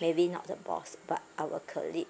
maybe not the boss but our colleagues